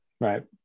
Right